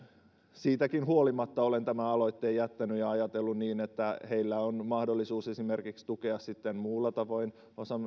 siitäkin huolimatta olen tämän aloitteen jättänyt ja ajatellut niin että heillä on mahdollisuus esimerkiksi tukea sitten muulla tavoin